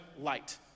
light